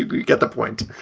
you could get the point